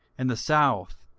and the south,